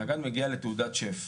נגד מגיע לתעודת שף.